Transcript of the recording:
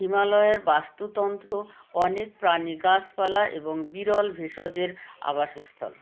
হিমালয়ের বাস্তুতন্ত্র অনেক প্রাণী গাছপালা এবং বিরল ভেষজের আবাসস্থল